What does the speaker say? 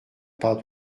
part